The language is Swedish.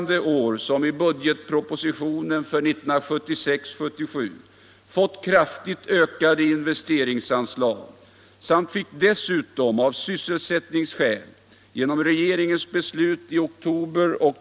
debatt debatt delser.